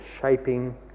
shaping